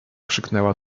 krzyknęła